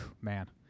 man